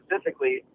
specifically